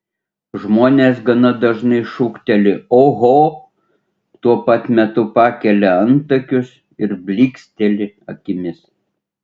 žmonės gana dažnai šūkteli oho tuo pat metu pakelia antakius ir blyksteli akimis